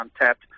untapped